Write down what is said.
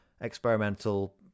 experimental